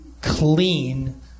Clean